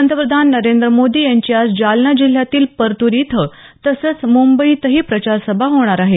पंतप्रधान नरेंद्र मोदी यांची आज जालना जिल्ह्यातील परतूर इथं तसंच मुंबईतही प्रचारसभा होणार आहे